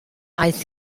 aeth